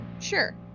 sure